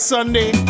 Sunday